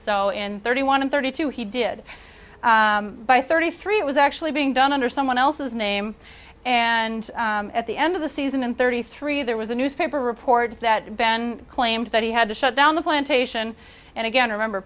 so in thirty one of thirty two he did by thirty three it was actually being done under someone else's name and at the end of the season and thirty three there was a newspaper report that ben claimed that he had to shut down the plantation and again remember